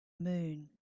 moon